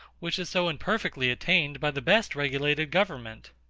which is so imperfectly attained by the best regulated government.